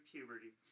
Puberty